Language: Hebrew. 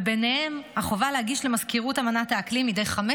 ובהן החובה להגיש למזכירות אמנת האקלים מדי חמש